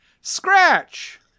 Scratch